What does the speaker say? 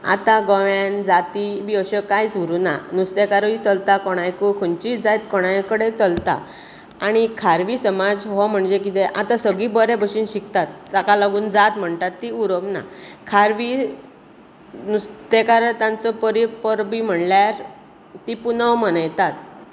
आतां गोंयान जाती बी अशें कांय उरुना नुस्तेंकारूय चलता कोणाकूय खंयचीय जात कोणायकडेन चलता आनी खारवी समेज हो म्हणजे कितें आता सगळीं बरें बशेन शिकतात ताका लागून जात म्हणटात ती उरूंक ना खारवीं नुस्तेंकार तांचो पर परबीं म्हळ्यार ती पुनव मनयतात